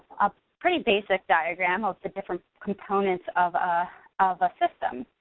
a pretty basic diagram of the different components of ah of a system.